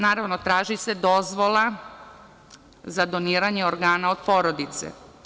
Naravno, traži se dozvola za doniranje organa od porodice.